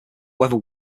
weather